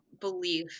belief